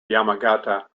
yamagata